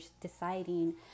deciding